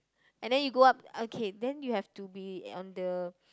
and then you go up okay then you have to be on the